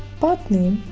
pathname,